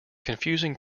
confusing